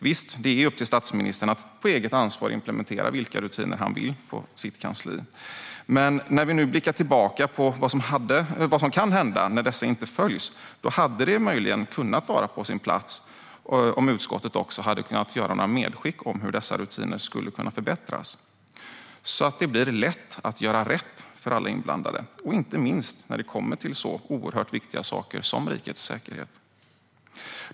Visst, det är upp till statsministern att på eget ansvar implementera vilka rutiner han vill på sitt kansli. Men när vi nu blickar tillbaka på vad som kan hända när dessa inte följs hade det möjligen kunnat vara på sin plats om utskottet också kunnat göra några medskick om hur dessa rutiner skulle kunna förbättras. Det blir då lätt att göra rätt för alla inblandade, inte minst när det kommer till så oerhört viktiga saker som rikets säkerhet.